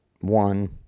one